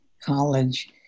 college